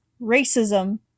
racism